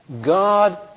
God